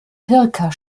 pirker